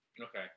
Okay